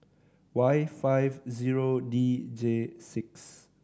Y five zero D J six